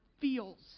feels